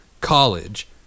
college